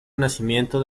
nacimiento